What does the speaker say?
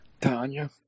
Tanya